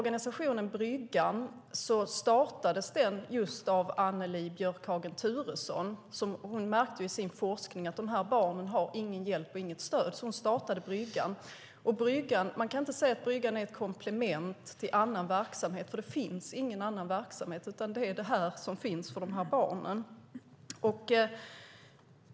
Organisationen Bryggan startades just av Annelie Björkhagen Turesson som i sin forskning märkte att de här barnen inte har någon hjälp eller något stöd. Därför startade hon Bryggan. Man kan inte säga att Bryggan är ett komplement till annan verksamhet, för det finns ingen annan verksamhet. Det här är det som finns för dessa barn.